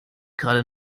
gerade